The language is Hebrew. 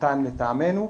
וקטן לטעמנו,